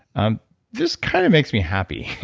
um this kind of makes me happy,